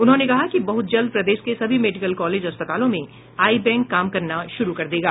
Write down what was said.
उन्होंने कहा कि बहुत जल्द प्रदेश के सभी मेडिकल कॉलेज अस्पतालों में आई बैंक काम करना शुरू कर देगा